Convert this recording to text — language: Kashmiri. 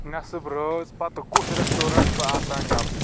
نیٚصب رٲژ پتہٕ کُس ریٚسٹورنٹ چھ آسان ییٚلہٕ؟